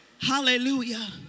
Hallelujah